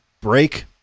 break